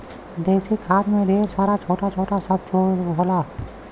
देसी खाद में ढेर सारा छोटा छोटा सब जीव होलन